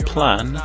Plan